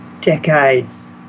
decades